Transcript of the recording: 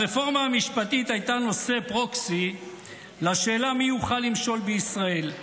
הרפורמה המשפטית הייתה נושא פרוקסי לשאלה מי יוכל למשול בישראל,